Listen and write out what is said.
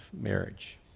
marriage